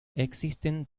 existen